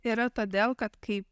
yra todėl kad kai